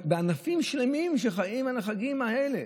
ענפים שלמים שחיים על החגים האלה.